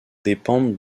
dépendent